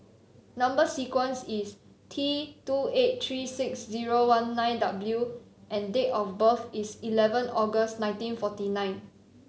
number sequence is T two eight three six zero one nine W and date of birth is eleven August nineteen forty nine